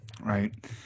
right